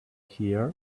here